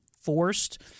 forced